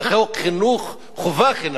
חוק חינוך חובה חינם.